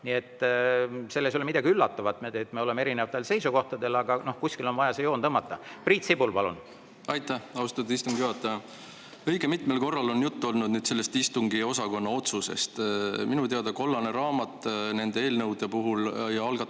Selles ei ole midagi üllatavat, et me oleme erinevatel seisukohtadel, aga kuskile on vaja joon tõmmata. Priit Sibul, palun! Aitäh, austatud istungi juhataja! Õige mitmel korral on nüüd juttu olnud sellest istungiosakonna otsusest. Minu teada kollane raamat nende eelnõude puhul ja